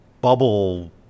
bubble